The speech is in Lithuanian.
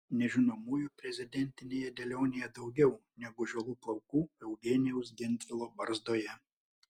nežinomųjų prezidentinėje dėlionėje daugiau negu žilų plaukų eugenijaus gentvilo barzdoje